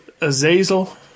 Azazel